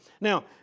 Now